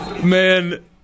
Man